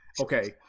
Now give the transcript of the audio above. Okay